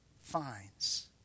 finds